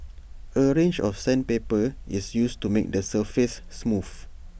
A range of sandpaper is used to make the surface smooth